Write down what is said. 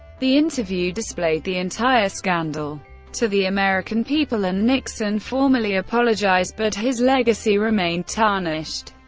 the interview displayed the entire scandal to the american people, and nixon formally apologized, but his legacy remained tarnished.